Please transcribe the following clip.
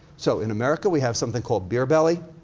so, in america we have something called beer belly.